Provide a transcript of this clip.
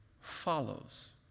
follows